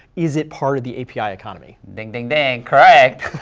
is it part of the api economy? ding, ding, ding, correct,